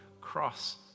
cross